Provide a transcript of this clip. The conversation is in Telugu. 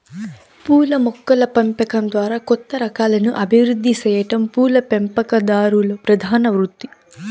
పూల మొక్కల పెంపకం ద్వారా కొత్త రకాలను అభివృద్ది సెయ్యటం పూల పెంపకందారుల ప్రధాన వృత్తి